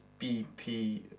BP